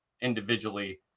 individually